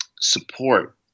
Support